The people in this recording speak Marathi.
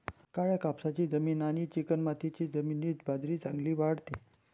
काळ्या कापसाची जमीन आणि चिकणमाती जमिनीत बाजरी चांगली वाढते